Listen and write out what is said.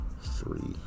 three